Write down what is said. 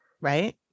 Right